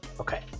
Okay